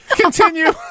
continue